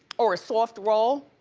or a soft roll?